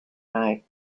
night